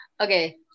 Okay